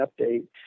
update